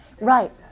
Right